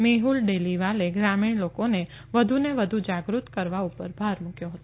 મેફલ ડેલીવાલે ગ્રામીણ લોકોને વધુ ને વધુ જાગૃત કરવા પર ભાર મૂક્યો હતો